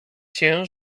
się